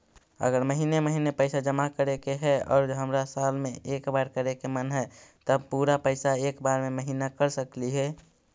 अगर महिने महिने पैसा जमा करे के है और हमरा साल में एक बार करे के मन हैं तब पुरा पैसा एक बार में महिना कर सकली हे?